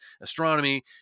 astronomy